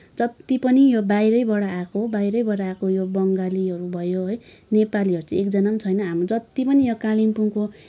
जति पनि यो बाहिरैबाट आएको बाहिरैबाट आएको यो बङ्गालीहरू भयो है नेपालीहरू चाहिँ एकजना पनि छैन हाम्रो जति पनि यहाँ कालिम्पोङको